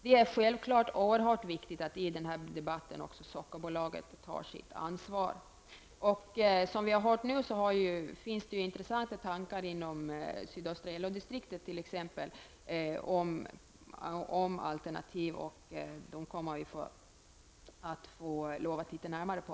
Det är självfallet oerhört viktigt att också Sockerbolaget har sitt ansvar i den här debatten. Vi har här också fått höra att det finns intressanta tankar t.ex. inom sydöstra LO-distriktet om alternativ. Dessa kommer vi att få se litet närmare på.